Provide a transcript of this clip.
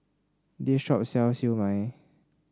this shop sells Siew Mai